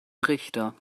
richter